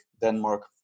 Denmark